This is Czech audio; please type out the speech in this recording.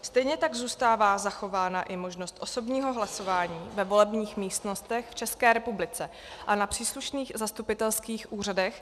Stejně tak zůstává zachována i možnost osobního hlasování ve volebních místnostech v České republice a na příslušných zastupitelských úřadech.